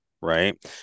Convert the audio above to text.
Right